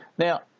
Now